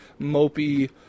mopey